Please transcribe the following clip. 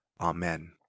Amen